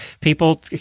People